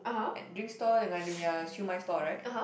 at drink stall dengan dia punya Siew-Mai stall right